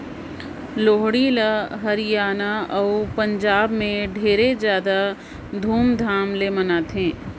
लोहड़ी ल हरियाना अउ पंजाब में ढेरे जादा धूमधाम ले मनाथें